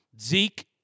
Zeke